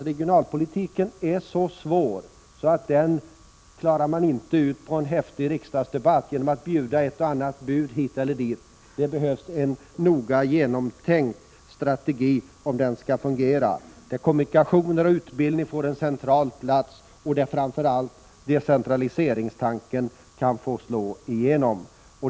Regionalpolitiken är nämligen så svår att den inte klaras ut i en häftig riksdagsdebatt, genom att det ges ett och annat bud hit eller dit. Det behövs en noga genomtänkt strategi om den skall fungera, där kommunikationer och utbildning får en central plats och där framför allt decentraliseringstanken får slå igenom.